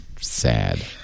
sad